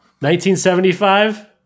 1975